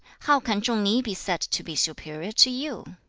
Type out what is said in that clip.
how can chung-ni be said to be superior to you